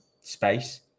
space